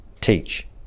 teach